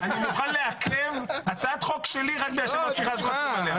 אני מוכן לעכב הצעת חוק שלי רק בגלל שמוסי רז חתום עליה.